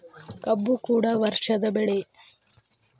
ಕಬ್ಬು ಕೂಡ ವರ್ಷದ ಬೆಳೆ